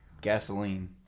gasoline